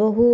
बहु